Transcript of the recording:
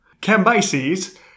Cambyses